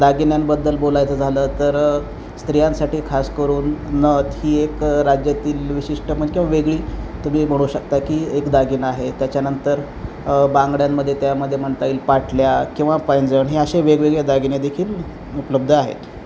दागिन्यांबद्दल बोलायचं झालं तर स्त्रियांसाठी खास करून नथ ही एक राज्यातील विशिष्ट मन किंवा वेगळी तुम्ही म्हणू शकता की एक दागिना आहे त्याच्यानंतर बांगड्यांमध्ये त्यामध्ये म्हणता येईल पाटल्या किंवा पैंजण हे असे वेगवेगळे दागिने देखील उपलब्ध आहेत